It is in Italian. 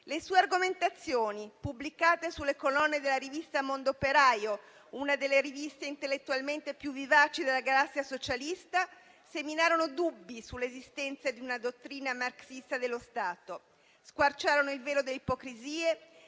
Le sue argomentazioni, pubblicate sulle colonne della rivista «Mondoperaio», una delle riviste intellettualmente più vivaci della galassia socialista, seminarono dubbi sull'esistenza di una dottrina marxista dello Stato, squarciarono il velo delle ipocrisie